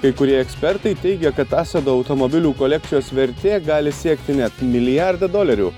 kai kurie ekspertai teigia kad asado automobilių kolekcijos vertė gali siekti net milijardą dolerių